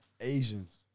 Asians